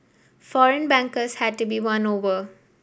foreign bankers had to be won over